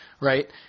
right